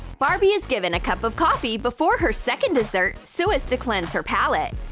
barbie is given a cup of coffee before her second dessert, so as to cleanse her palate.